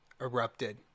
erupted